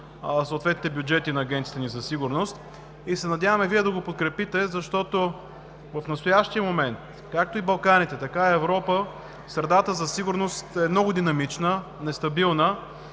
съответните бюджети на агенциите ни за сигурност и се надяваме Вие да го подкрепите, защото в настоящия момент както и на Балканите, така и в Европа, средата за сигурност е много динамична, нестабилна